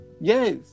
Yes